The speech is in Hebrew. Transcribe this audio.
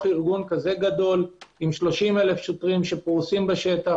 ארגון כזה גדול עם 30,000 שוטרים שפרוסים בשטח,